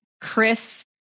Chris